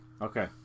okay